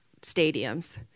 stadiums